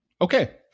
Okay